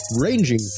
ranging